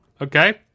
okay